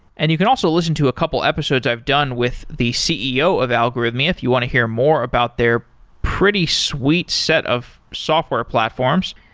and you can also listen to a couple episodes i've done with the ceo of algorithmia, if you want to hear more about their pretty sweet set of software platforms.